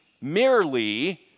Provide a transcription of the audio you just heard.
merely